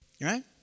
Right